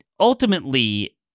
Ultimately